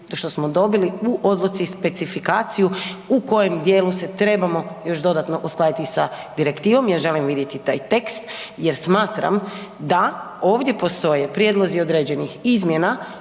te što smo dobili u odluci specifikaciju u kojem djelu se trebamo još dodatno uskladiti sa direktivom jer želim vidjeti taj tekst jer smatram da ovdje postoje prijedlozi određenih izmjena